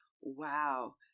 wow